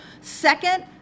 Second